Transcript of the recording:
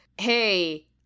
Hey